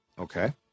Okay